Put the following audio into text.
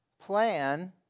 plan